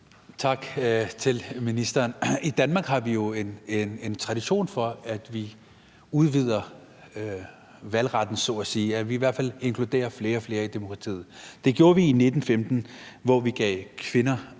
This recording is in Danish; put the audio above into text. Tak til ministeren. I Danmark har vi jo en tradition for, at vi udvider valgretten så at sige, at vi i hvert fald inkluderer flere og flere i demokratiet. Det gjorde vi i 1915, hvor vi gav kvinder